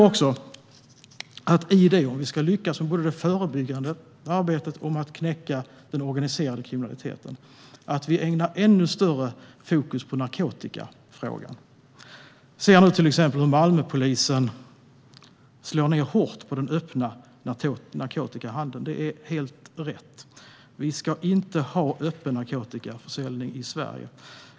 Om vi ska lyckas både i det förebyggande arbetet och i att knäcka den organiserade kriminaliteten måste vi sätta ännu mer fokus på narkotikafrågan. Vi ser nu till exempel hur Malmöpolisen slår ned hårt på den öppna narkotikahandeln. Det är helt rätt. Vi ska inte ha öppen narkotikaförsäljning i Sverige.